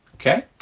okay,